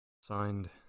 Signed